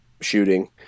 shooting